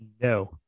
No